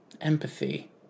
empathy